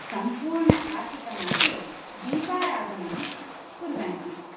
सम्पूर्णकार्तिकमासे दीपाराधनं कुर्वन्ति